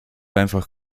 einfach